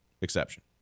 exception